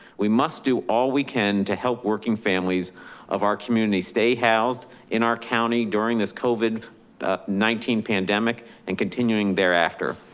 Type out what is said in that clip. we must do all we can to help working families of our community stay housed in our county during this covid nineteen pandemic and continuing thereafter.